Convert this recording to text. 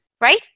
right